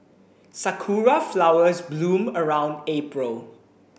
Sakura flowers bloom around April